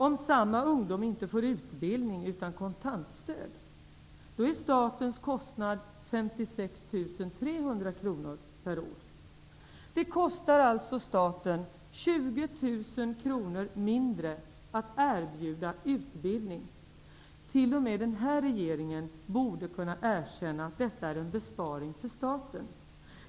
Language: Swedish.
Om samma ungdom inte får utbildning utan i stället kontantstöd är statens kostnad 56 300 kr per år. Det kostar alltså staten 20 000 kr mindre att erbjuda utbildning. T.o.m. den här regeringen borde kunna erkänna att detta är en besparing för staten.